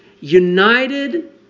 United